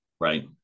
right